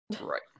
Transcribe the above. Right